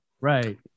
right